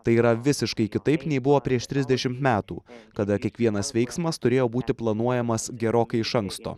tai yra visiškai kitaip nei buvo prieš trisdešimt metų kada kiekvienas veiksmas turėjo būti planuojamas gerokai iš anksto